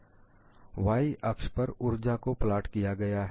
y अक्ष पर ऊर्जा को प्लाट किया गया है